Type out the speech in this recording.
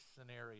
scenario